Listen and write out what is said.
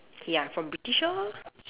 ya from British lor